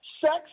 sex